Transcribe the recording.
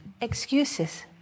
Excuses